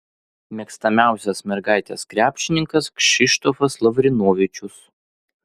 mėgstamiausias mergaitės krepšininkas kšištofas lavrinovičius